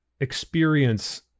experience